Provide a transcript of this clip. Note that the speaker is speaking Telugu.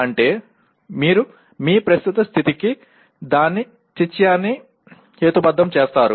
అంటే మీరు మీ ప్రస్తుత స్థితికి దాని చిత్యాన్ని హేతుబద్ధం చేస్తారు